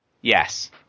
Yes